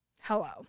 Hello